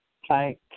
Hi